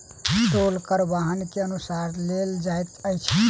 टोल कर वाहन के अनुसार लेल जाइत अछि